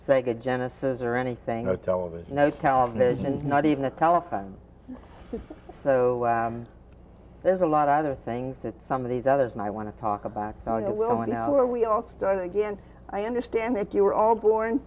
sega genesis or anything a television no television not even a telephone so there's a lot of other things that some of these others and i want to talk about that will in our we all start again i understand that you were all born